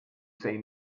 say